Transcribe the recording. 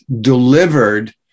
delivered